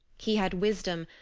he had wisdom,